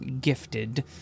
gifted